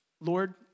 Lord